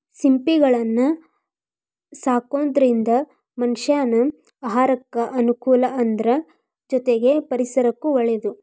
ಸಿಂಪಿಗಳನ್ನ ಸಾಕೋದ್ರಿಂದ ಮನಷ್ಯಾನ ಆಹಾರಕ್ಕ ಅನುಕೂಲ ಅದ್ರ ಜೊತೆಗೆ ಪರಿಸರಕ್ಕೂ ಒಳ್ಳೇದು